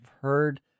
heard